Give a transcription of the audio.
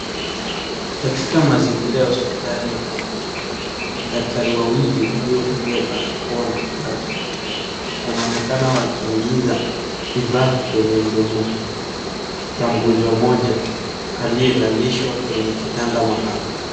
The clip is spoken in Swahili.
Katika mazingira ya hospitali ya meno daktari wawili walivalia barakoa na glavu wanaonekana wakiingiza vifaa kwenye mdomo ya mgonjwa mmoja aliyelalishwa kwenye kitanda maalum.